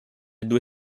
due